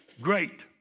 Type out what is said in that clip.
great